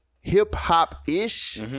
hip-hop-ish